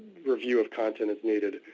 review of content is needed,